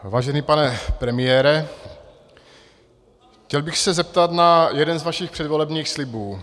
Vážený pane premiére, chtěl bych se zeptat na jeden z vašich předvolebních slibů.